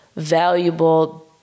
valuable